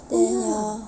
and uh